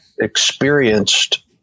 experienced